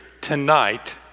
tonight